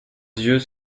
yeux